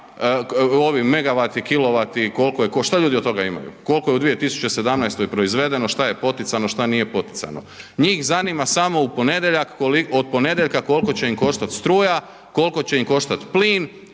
ovi megavati, kilovati, koliko je ko, šta ljudi od toga imaju? Koliko je u 2017. proizvedeno, šta je poticano, šta nije poticano? Njih zanima samo od ponedjeljka koliko će im koštat struja, koliko će im koštat plin,